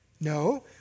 No